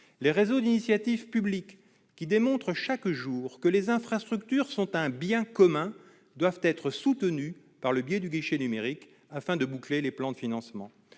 Les réseaux d'initiative publique, qui démontrent chaque jour que les infrastructures sont un bien commun, doivent être soutenus par le biais du guichet numérique afin de boucler les plans de financement.